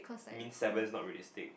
means seven is not realistic